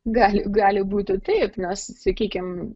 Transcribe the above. gal gali būti taip nes sakykim